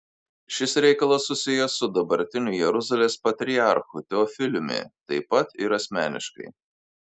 šis reikalas susijęs su dabartiniu jeruzalės patriarchu teofiliumi taip pat ir asmeniškai